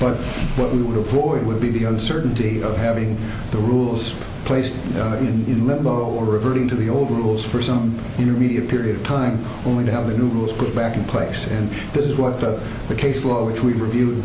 but what we would avoid would be the uncertainty of having the rules placed in limbo or reverting to the old rules for some intermediate period of time only to have the new rules put back in place and this is what the case law which we've review